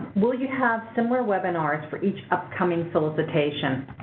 will you have similar webinars for each upcoming solicitation?